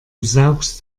saugst